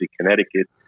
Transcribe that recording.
Connecticut